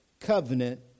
covenant